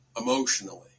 emotionally